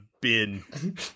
bin